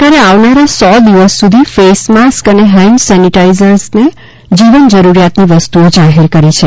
સરકારે આવનારા સો દિવસ સુધી ફેસમાસ્ક અને હેન્ડ સેનીટાઇઝર્સને જીવન જરૂરીયાતની વસ્તુઓ જાહેર કરી છે